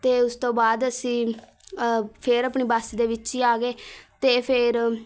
ਅਤੇ ਉਸ ਤੋਂ ਬਾਅਦ ਅਸੀਂ ਫਿਰ ਆਪਣੀ ਬੱਸ ਦੇ ਵਿੱਚ ਹੀ ਆ ਗਏ ਅਤੇ ਫਿਰ